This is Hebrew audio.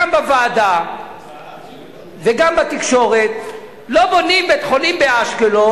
גם בוועדה וגם בתקשורת: לא בונים בית-חולים באשקלון,